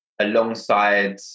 alongside